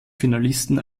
finalisten